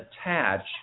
attach